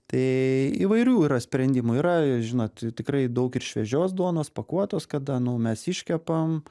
tai įvairių yra sprendimų yra žinot tikrai daug ir šviežios duonos pakuotos kada nu mes iškepam